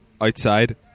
outside